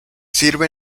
sirve